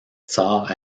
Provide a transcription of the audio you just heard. tsar